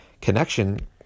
connection